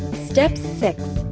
step six.